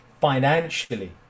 financially